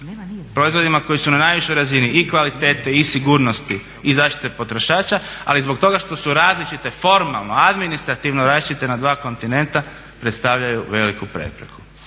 proizvodima koji su na najvišoj razini i kvalitete i sigurnosti i zaštite potrošača, ali i zbog toga što su različite formalno, administrativno različite na dva kontinenta predstavljaju veliku prepreku.